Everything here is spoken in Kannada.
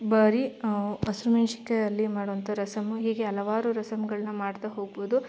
ಬರೀ ಹಸ್ರು ಮೆಣಸಿನ್ಕಾಯಲ್ಲಿ ಮಾಡುವಂಥ ರಸಮ್ಮು ಹೀಗೆ ಹಲವಾರು ರಸಮ್ಗಳನ್ನ ಮಾಡ್ತಾ ಹೋಗ್ಬೋದು